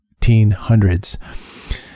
1800s